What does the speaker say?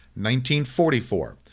1944